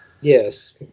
Yes